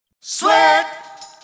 Sweat